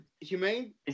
humane